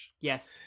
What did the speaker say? Yes